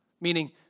meaning